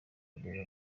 kureba